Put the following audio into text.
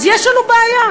אז יש לנו בעיה.